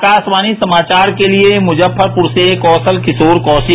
आकाशवाणी समाचार के लिये मुजफ्फरपुर से कौशल किशोर कौशिक